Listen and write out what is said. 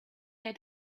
had